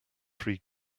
free